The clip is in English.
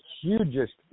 hugest